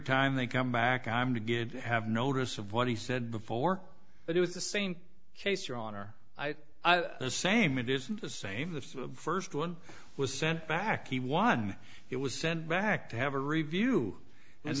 time they come back i'm to give have notice of what he said before but it was the same case your honor same it isn't the same the first one was sent back he won it was sent back to have a review and